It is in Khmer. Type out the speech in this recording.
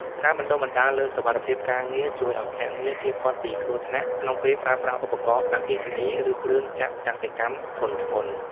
ការបណ្ដុះបណ្ដាលលើ "សុវត្ថិភាពការងារ" ជួយឱ្យភ្នាក់ងារជៀសផុតពីគ្រោះថ្នាក់ក្នុងពេលប្រើប្រាស់ឧបករណ៍អគ្គិសនី ឬគ្រឿងចក្រកសិកម្មធុនធ្ងន់។